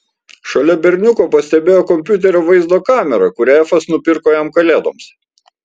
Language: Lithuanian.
šalia berniuko pastebėjo kompiuterio vaizdo kamerą kurią efas nupirko jam kalėdoms